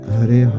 Hare